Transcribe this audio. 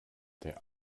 der